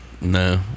no